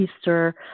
Easter